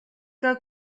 que